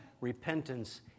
repentance